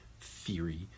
theory